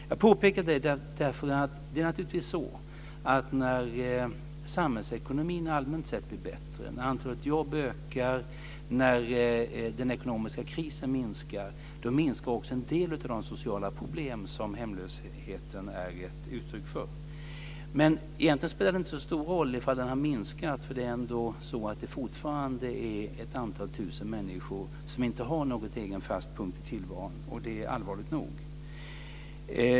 Jag påpekar detta därför att det naturligtvis är så att när samhällsekonomin allmänt sett blir bättre, när antalet jobb ökar och när den ekonomiska krisen minskar så minskar också en del av den sociala problem som hemlösheten är ett uttryck för. Egentligen spelar det inte så stor roll om den har minskat, för fortfarande är det ett antal tusen människor som inte har någon egen fast punkt i tillvaron. Det är allvarligt nog.